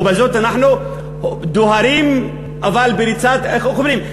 ובזאת אנחנו דוהרים אבל בריצת, איך אומרים?